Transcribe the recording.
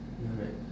you're right